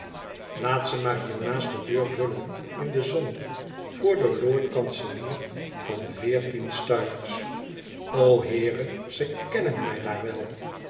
laat ze maar hier naast de deur vullen in de zon voor den lord-kanselier van veertien stuivers o heere ze kennen mij daar wel